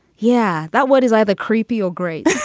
yeah. that what is either creepy or great